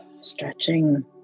Stretching